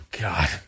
god